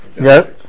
Yes